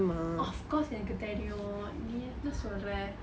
of course எனக்கு தெரியும் நீ என்ன சொல்ற:enakku theriyum ni enna solra